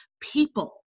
people